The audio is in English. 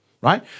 right